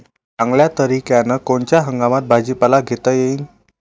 चांगल्या तरीक्यानं कोनच्या हंगामात भाजीपाला घेता येईन?